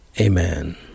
Amen